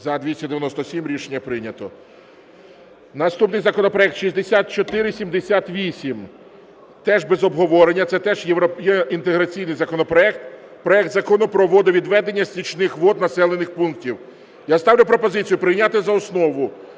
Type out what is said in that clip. За-297 Рішення прийнято. Наступний законопроект 6478, теж без обговорення, це теж євроінтеграційний законопроект, проект Закону про водовідведення стічних вод населених пунктів. Я ставлю пропозицію прийняти за основу